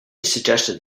suggests